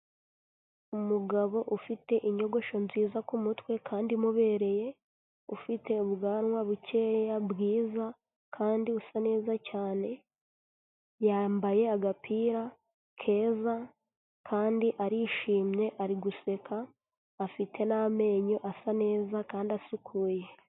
Umugabo ufite inyogosho nziza kumutwe kandi imubereye ufite ubwanwa bukeya bwiza kandi usa neza cyane, yambaye agapira keza kandi arishimye ari guseka afite n'amenyo asa neza kandi asukuye.